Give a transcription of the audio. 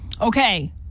Okay